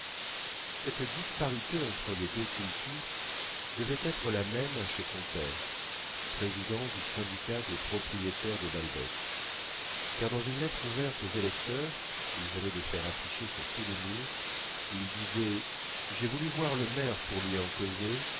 cette disparité entre les deux cultures devait être la même chez son père président du syndicat des propriétaires de balbec car dans une lettre ouverte aux électeurs qu'il venait de faire afficher sur tous les murs il disait j'ai voulu voir le maire pour lui en causer